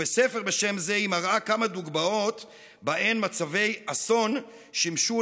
ובספר בשם זה היא מראה כמה דוגמאות שבהן מצבי אסון שימשו